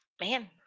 Man